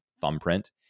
thumbprint